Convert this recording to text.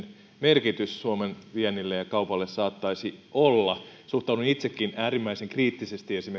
merkitys suomen viennille ja kaupalle saattaisi olla suhtaudun itsekin äärimmäisen kriittisesti esimerkiksi